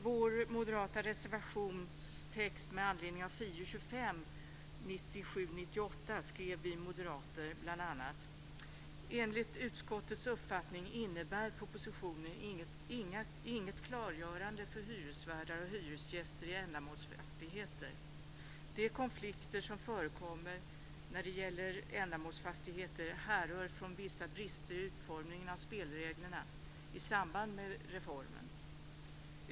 FiU 25 1997/98 skrev vi moderater bl.a.: "Enligt utskottets uppfattning innebär propositionen inget klargörande för hyresvärdar och hyresgäster i ändamålsfastigheter. De konflikter som förekommer när det gäller ändamålsfastigheter härrör från vissa brister i utformningen av spelreglerna i samband med fastighetsreformen.